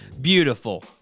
Beautiful